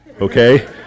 okay